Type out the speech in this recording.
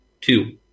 two